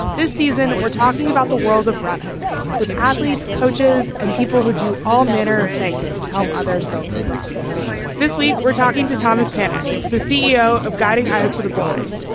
this season, we're talking about the world of running with athletes, coaches and people who do all manner of things to help others go for rides this week, we're talking to thomas panic, the ceo of guiding eyes for the blind.